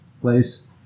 place